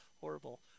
horrible